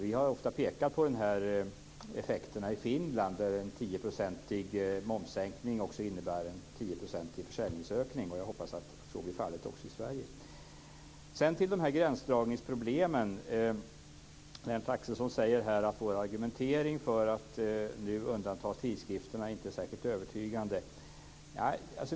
Vi har ofta pekat på effekterna i Finland, där en 10-procentig momssänkning har inneburit en 10-procentig försäljningsökning. Jag hoppas att så blir fallet också i Sverige. Sedan går jag till gränsdragningsproblemen. Lennart Axelsson säger att vår argumentering för att undanta tidskrifterna inte är särskilt övertygande.